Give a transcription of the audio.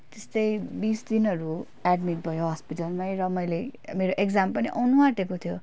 त्यस्तै बिस दिनहरू एड्मिट भयो हस्पिटलमै र मैले मेरो एक्जाम पनि आउनु आँटेको थियो